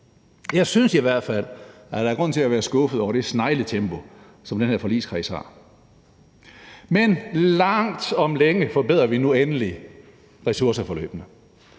Jeg synes i hvert fald, at der er grund til at være skuffet over det snegletempo, som har præget arbejdet i den her forligskreds. Men langt om længe forbedrer vi nu endelig ressourceforløbene.